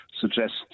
suggests